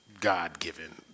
God-given